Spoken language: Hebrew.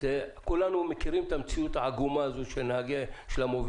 כולנו מכירים את המציאות העגומה הזאת של המובילים,